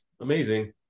amazing